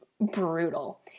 brutal